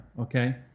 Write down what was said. okay